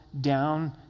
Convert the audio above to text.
down